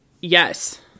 Yes